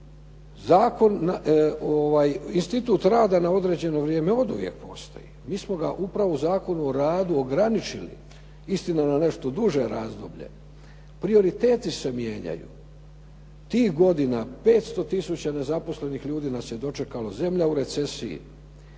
priču. Institut rada na određeno vrijeme oduvijek postoji. Mi smo ga upravo u Zakonu o radu ograničili, istina na nešto duže razdoblje. Prioriteti se mijenjaju. Tih godina 500 tisuća nezaposlenih ljudi nas je dočekalo, zemlja u recesiji.